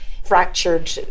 fractured